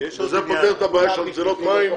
זה פותר את הבעיה של נזילות מים,